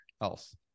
else